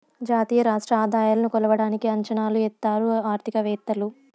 జాతీయ రాష్ట్ర ఆదాయాలను కొలవడానికి అంచనా ఎత్తారు ఆర్థికవేత్తలు